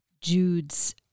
Jude's